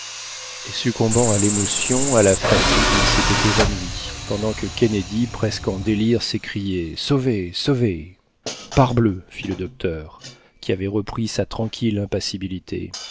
et succombant à lémotion à la fatigue il s'était évanoui pendant que kennedy presque en délire s'écriait sauvé sauvé parbleu fit le docteur qui avait repris sa tranquille impassibilité